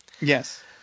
Yes